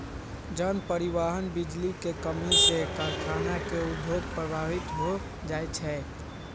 जन, परिवहन, बिजली के कम्मी से कारखाना के उद्योग प्रभावित हो जाइ छै